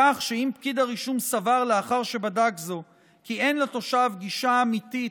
כך שאם פקיד הרישום סבר לאחר שבדק זאת כי אין לתושב גישה אמיתית